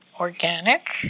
organic